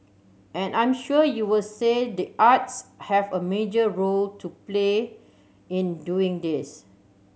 and I'm sure you'll say the arts have a major role to play in doing this